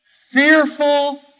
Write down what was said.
fearful